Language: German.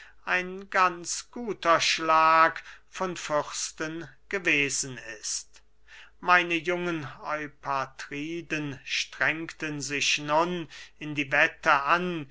ein ganz guter schlag von fürsten gewesen ist meine jungen eupatriden strengten sich nun in die wette an